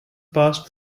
passed